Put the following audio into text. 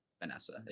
Vanessa